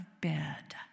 bed